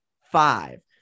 five